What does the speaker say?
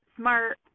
smart